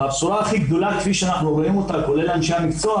הבשורה הכי גדולה כפי שאנחנו רואים אותה כולל אנשי המקצוע